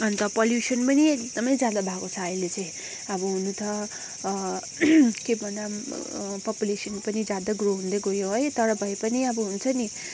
अन्त पलुसन पनि एकदमै ज्यादा भएको छ अहिले चाहिँ अब हुनु त के भन्दा पनि पपुलेसन पनि ज्यादा ग्रो हुँदै गयो है तर भए पनि अब हुन्छ नि